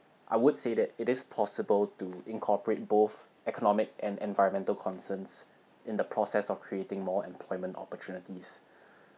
I would say that it is possible to incorporate both economic and environmental concerns in the process of creating more employment opportunities